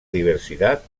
diversidad